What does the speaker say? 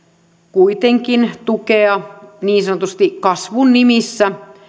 kuitenkin tukea niin sanotusti kasvun nimissä